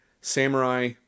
samurai